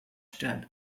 that